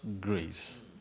grace